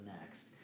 next